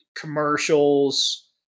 Commercials